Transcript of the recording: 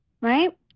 right